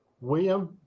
William